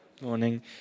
morning